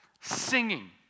singing